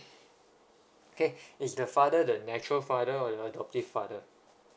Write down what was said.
okay is the father the natural father or the adoptive father